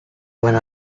went